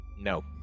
No